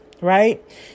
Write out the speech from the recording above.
Right